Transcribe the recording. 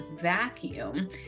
vacuum